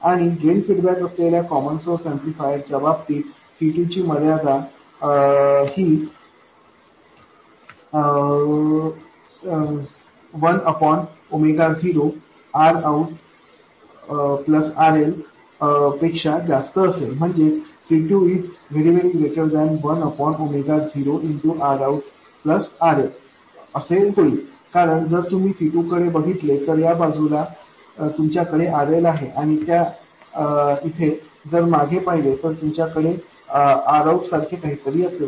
आणि drain feedback असलेल्या common source amplifier च्या बाबतीत कपॅसिटर C2ची मर्यादा C2 ≫1 0Rout RL होईल कारण जर तुम्ही C2 कडे बघितले तर या बाजूस तुमच्याकडे RL आहे आणि त्या इथे जर मागे पाहिले तर तुमच्याकडे Rout सारखे काहीतरी असेल